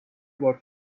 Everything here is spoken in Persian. بار